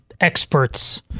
experts